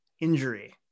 injury